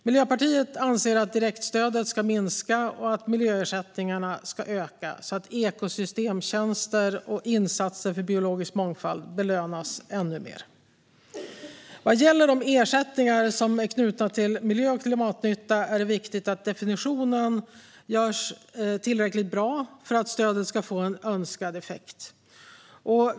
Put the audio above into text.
Miljöpartiet anser att direktstödet ska minska och att miljöersättningarna ska öka, så att ekosystemtjänster och insatser för biologisk mångfald belönas ännu mer. Vad gäller de ersättningar som är knutna till miljö och klimatnytta är det viktigt att definitionen görs tillräckligt bra för att stödet ska få önskad effekt.